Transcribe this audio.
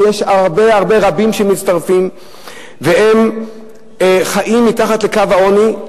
ויש רבים רבים שמצטרפים וחיים מתחת לקו העוני.